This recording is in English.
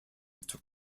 took